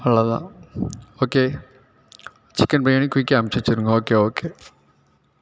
அவ்வளோதான் okay chicken biryani குயிக்காக அனுப்பிச்சி வச்சிருங்கள் ஓகே ஓகே